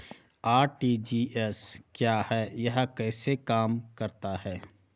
RTGS क्या है यह कैसे काम करता है?